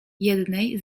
jednej